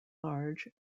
large